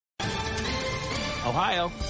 Ohio